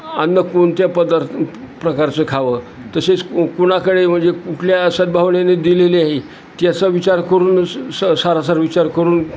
अन्न कोणत्या पदार्थ प्रकारचं खावं तसेच कुणाकडे म्हणजे कुठल्या सदभावनाने दिलेली आहे त्याचा विचार करून स सारसार विचार करून